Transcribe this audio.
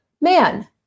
Man